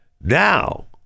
now